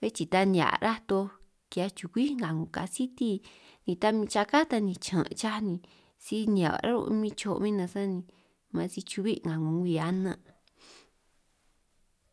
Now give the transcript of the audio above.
bé chii ta ni nihia' rá toj ki'hiaj chukwí nga kasiti ni tamin chaká ta ni chiñan' chaj ni si nihia' ro' cho' min nanj sani sani chu'bi' 'nga 'ngo ngwii anan'